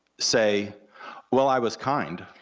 say well, i was kind,